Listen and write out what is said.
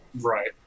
Right